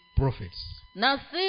prophets